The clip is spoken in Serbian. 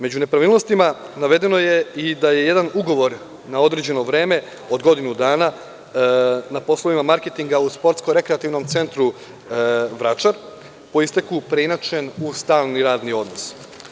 Među nepravilnostima navedeno je i da je jedan ugovor na određeno vreme od godinu dana na poslovima marketinga u Sportsko – rekreativnom centru Vračar, po isteku preinačen u stalni radni odnos.